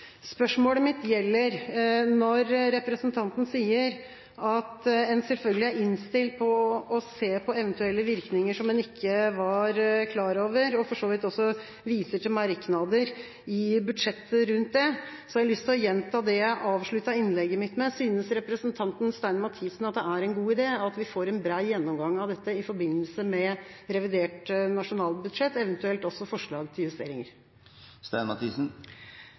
Spørsmålet mitt går på at når representanten sier at en selvfølgelig er innstilt på å se på eventuelle virkninger som en ikke var klar over, og for så vidt også viser til merknader i budsjettet rundt det, har jeg lyst til å gjenta det jeg avsluttet innlegget mitt med: Synes representanten Stein Mathisen at det er en god idé at vi får en bred gjennomgang av dette i forbindelse med revidert nasjonalbudsjett, eventuelt også forslag til justeringer?